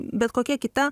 bet kokia kita